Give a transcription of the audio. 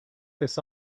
this